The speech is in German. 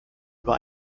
über